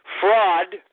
fraud